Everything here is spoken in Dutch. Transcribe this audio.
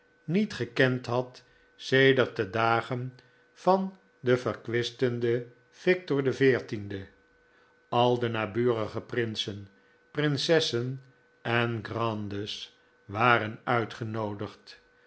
niet gekend had sedert de dagen van den verkwistenden victor xiv al de naburige prinsen prinsessen en grandes waren uitgenoodigd